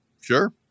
Sure